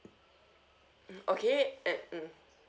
mm okay uh mm